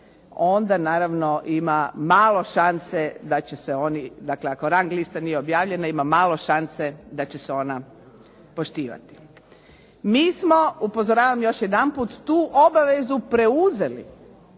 objavljena ima malo šanse da će se ona poštivati. Mi smo, upozoravam još jedanput, tu obavezu preuzeli